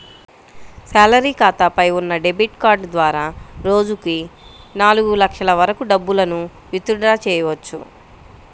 salary ఖాతాపై ఉన్న debit card ద్వారా రోజుకి నాలుగు లక్షల వరకు డబ్బులను విత్ డ్రా చెయ్యవచ్చు